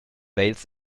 wales